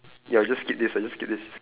ya I'll just skip this I just skip this